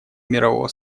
мирового